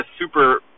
super